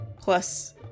plus